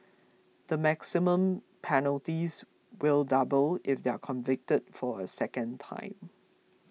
the maximum penalties will double if they are convicted for a second time